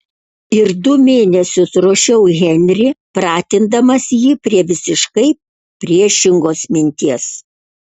ir du mėnesius ruošiau henrį pratindamas jį prie visiškai priešingos minties